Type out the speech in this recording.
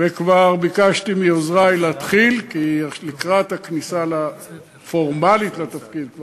וכבר ביקשתי מעוזרי להתחיל לקראת הכניסה הפורמלית לתפקיד.